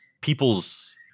people's